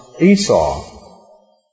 Esau